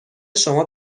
شما